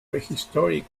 prehistoric